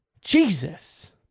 Jesus